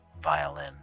violin